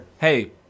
hey